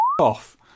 off